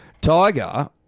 Tiger